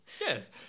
yes